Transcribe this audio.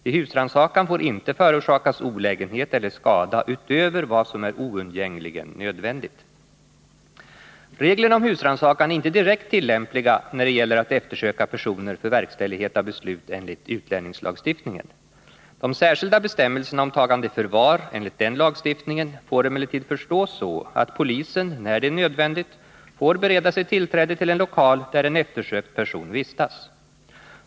Vid husrannsakan får inte förorsakas olägenhet eller skada utöver vad som är oundgängligen nödvändigt. Reglerna om husrannsakan är inte direkt tillämpliga när det gäller att eftersöka personer för verkställighet av beslut enligt utlänningslagstiftningen. De särskilda bestämmelserna om tagande i förvar enligt den lagstiftningen får emellertid förstås så att polisen, när det är nödvändigt, får bereda sig tillträde till en lokal där en eftersökt person vistas.